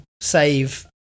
Save